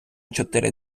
чотири